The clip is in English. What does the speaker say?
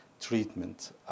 treatment